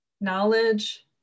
knowledge